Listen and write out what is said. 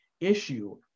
issue